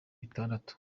bitandatu